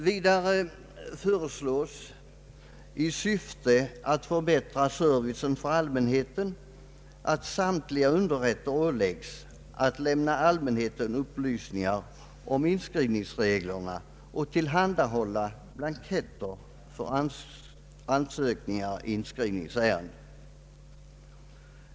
Vidare föreslås i syfte att förbättra servicen för allmänheten att samtliga underrätter ålägges att lämna allmänheten upplysningar om inskrivningsreglerna och att tillhandahålla blanketter för ansökningar i inskrivningsärenden.